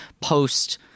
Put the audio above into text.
post